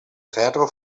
ferro